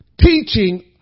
teaching